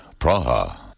Praha